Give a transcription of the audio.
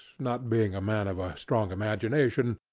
not being a man of a strong imagination,